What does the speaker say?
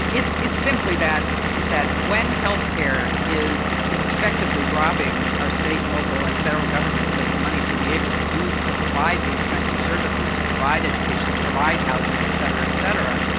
it's it's simply that that when health care is is effectively robbing our state and local and federal governments of the money to be able to do to provide these kinds of services, to provide education, to provide housing, et cetera, et cetera,